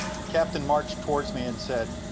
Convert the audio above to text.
the captain marched towards me and said,